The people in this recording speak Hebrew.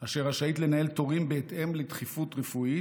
אשר רשאית לנהל תורים בהתאם לדחיפות רפואית.